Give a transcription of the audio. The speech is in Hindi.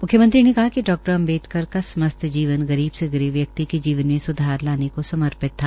म्ख्यमंत्री ने कहा कि डा॰ अम्बेडकर का समस्त जीवन गरीब से गरीब व्यक्ति के जीवन में सुधार लाने को समर्पित था